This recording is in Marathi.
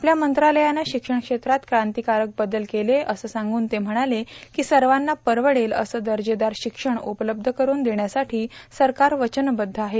आपल्या मंत्रालयानं शिक्षण क्षेत्रात कांतीकारक बदल केले असं सांगून ते म्हणाले की सर्वाना परवडेल असं दर्जेदार शिक्षण उपलब्ध करून देण्यासाठी सरकार वचनबद्ध आहे